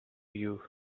you